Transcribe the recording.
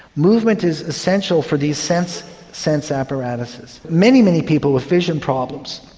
movement is essential for these sense sense apparatuses. many, many people with vision problems,